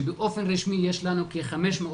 שבאופן רשמי יש לנו כ-500,